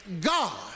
God